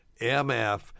MF